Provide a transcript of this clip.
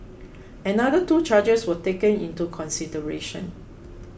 another two charges were taken into consideration